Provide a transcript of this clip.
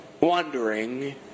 wondering